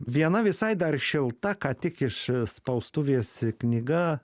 viena visai dar šilta ką tik iš spaustuvės knyga